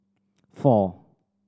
four